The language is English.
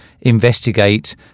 investigate